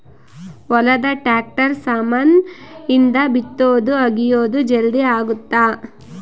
ಹೊಲದ ಟ್ರಾಕ್ಟರ್ ಸಾಮಾನ್ ಇಂದ ಬಿತ್ತೊದು ಅಗಿಯೋದು ಜಲ್ದೀ ಅಗುತ್ತ